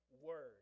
Word